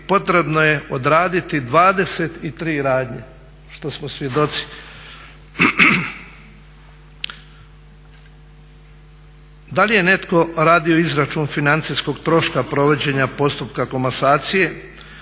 potrebno je odraditi 23 radnje, što smo svjedoci. Da li je netko radio izračun financijskog troška provođenja postupka komasacije